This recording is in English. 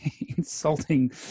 insulting